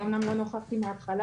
אני אומנם לא נכחתי מהתחלה,